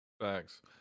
Thanks